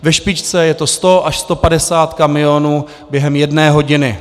Ve špičce je to 100 až 150 kamionů během jedné hodiny.